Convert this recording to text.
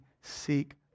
seek